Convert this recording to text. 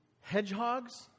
Hedgehogs